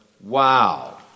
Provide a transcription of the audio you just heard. wow